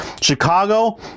Chicago